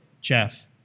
Jeff